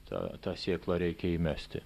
tą tą sėklą reikia įmesti